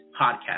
podcast